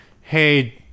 hey